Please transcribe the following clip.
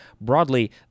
Broadly